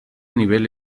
nivel